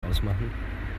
ausmachen